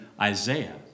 Isaiah